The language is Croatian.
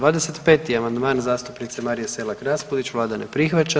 25. amandman zastupnice Marije Selak Raspudić, Vlada ne prihvaća.